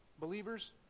Believers